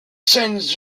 scènes